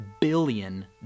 billion